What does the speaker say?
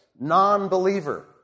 non-believer